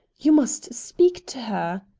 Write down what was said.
you must speak to her.